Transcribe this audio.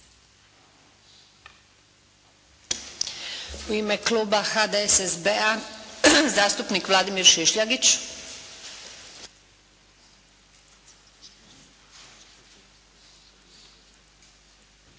U ime kluba HDSSB-a, zastupnik Vladimir Šišljagić.